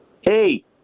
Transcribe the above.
Hey